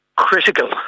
Critical